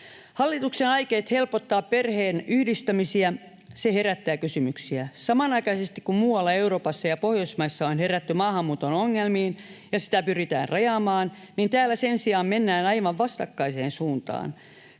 Hallituksen aikeet helpottaa perheenyhdistämisiä herättävät kysymyksiä. Samanaikaisesti kun muualla Euroopassa ja Pohjoismaissa on herätty maahanmuuton ongelmiin ja sitä pyritään rajaamaan, niin täällä sen sijaan mennään aivan vastakkaiseen suuntaan.